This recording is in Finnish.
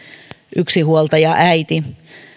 yksinhuoltajaäiti